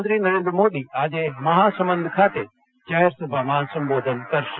પ્રધાનમંત્રી નરેન્દ્રમોદી આજે મહાસમંદ ખાતે જાહેરસભામાં સંબોધન કરશે